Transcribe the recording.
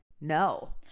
no